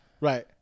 Right